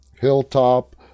hilltop